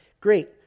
great